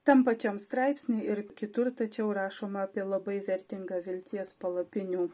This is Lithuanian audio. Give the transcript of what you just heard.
tam pačiam straipsny ir kitur tačiau rašoma apie labai vertingą vilties palapinių